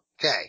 Okay